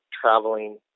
traveling